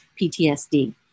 PTSD